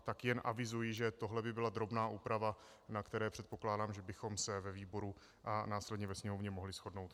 Tak jen avizuji, že tohle by byla drobná úprava, na které, předpokládám, bychom se ve výboru a následně ve sněmovně mohli shodnout.